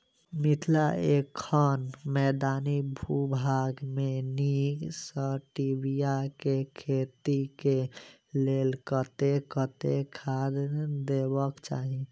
मिथिला एखन मैदानी भूभाग मे नीक स्टीबिया केँ खेती केँ लेल कतेक कतेक खाद देबाक चाहि?